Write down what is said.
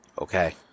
Okay